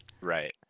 Right